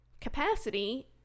capacity